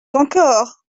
encore